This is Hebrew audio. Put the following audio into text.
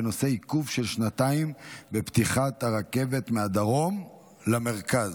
בנושא: עיכוב של שנתיים בפתיחת הרכבת מהדרום למרכז.